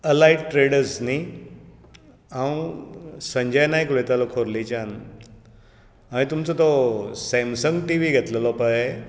allied traders न्ही हांव अ संजय नायक उलयतालो खोर्लेच्यान हाये तुमचो तो सेमसंग टीवी घेतलेलो पळय